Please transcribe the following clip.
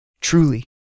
Truly